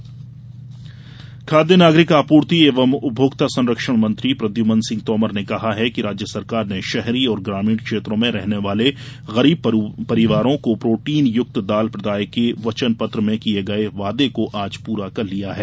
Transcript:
दाल वितरण खाद्य नागरिक आपूर्ति एवं उपभोक्ता संरक्षण मंत्री प्रद्युमन सिंह तोमर ने कहा है राज्य सरकार ने शहरी और ग्रामीण क्षेत्रों में रहने वाले गरीब परिवारों को प्रोटीनयुक्त दाल प्रदाय के वचन पत्र में किये गये वादे को आज पूरा कर दिया है